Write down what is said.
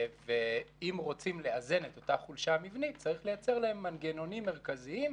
ואם רוצים לאזן את אותה חולשה מבנית צריך לייצר להם מנגנונים מרכזיים.